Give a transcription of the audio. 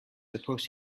supposed